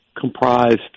comprised